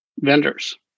Vendors